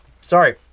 sorry